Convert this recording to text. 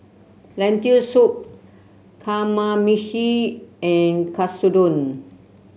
Lentil Soup Kamameshi and Katsudon